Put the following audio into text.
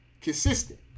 consistent